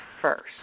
first